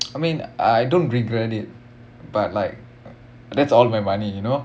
I mean I don't regret it but like that's all my money you know